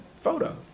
photo